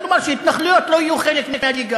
כלומר שהתנחלויות לא יהיו חלק מהליגה.